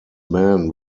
men